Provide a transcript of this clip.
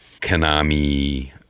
Konami